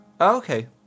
Okay